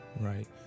right